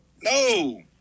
No